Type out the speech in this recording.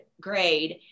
grade